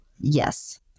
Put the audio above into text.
Yes